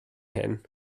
hyn